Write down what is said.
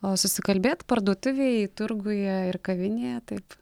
o susikalbėt parduotuvėj turguje ir kavinėje taip